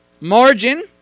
Margin